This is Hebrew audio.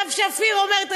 סתיו שפיר אומרת.